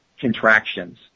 contractions